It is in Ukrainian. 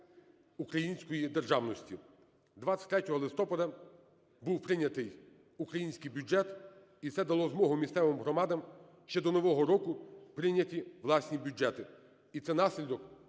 української державності. 23 листопада був прийнятий український бюджет, і це дало змогу місцевим громадам ще до Нового року прийняти власні бюджети, і це наслідок